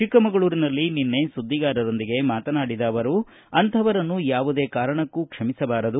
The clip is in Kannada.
ಚಿಕ್ಕಮಗಳೂರಿನಲ್ಲಿ ನಿನ್ನೆ ಸುದ್ದಿಗಾರರೊಂದಿಗೆ ಮಾತನಾಡಿದ ಅವರು ಅಂಥವರನ್ನು ಯಾವುದೇ ಕಾರಣಕ್ಕೂ ಕ್ಷಮಿಸಬಾರದು